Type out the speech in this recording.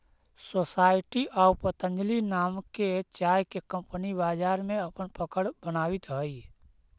society आउ पतंजलि नाम के चाय के कंपनी बाजार में अपन पकड़ बनावित हइ